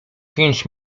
pięć